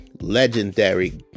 legendary